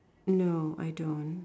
no I don't